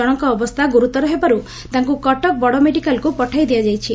ଜଣଙ୍କର ଅବସ୍ଥା ଗୁରୁତର ହେବାରୁ ତାଙ୍କୁ କଟକ ବଡ଼ମେଡ଼ିକାଲକୁ ପଠାଇ ଦିଆଯାଇଛି